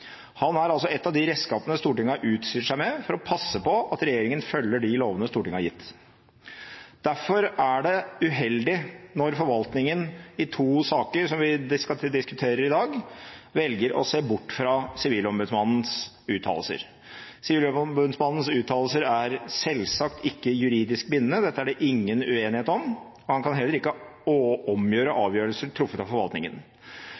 Han er altså et av de redskapene Stortinget har utstyrt seg med for å passe på at regjeringen følger de lovene Stortinget har gitt. Derfor er det uheldig når forvaltningen i to saker som vi diskuterer i dag, velger å se bort fra Sivilombudsmannens uttalelser. Sivilombudsmannens uttalelser er selvsagt ikke juridisk bindende, dette er det ingen uenighet om, og han kan heller ikke omgjøre avgjørelser truffet av forvaltningen.